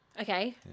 Okay